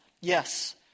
Yes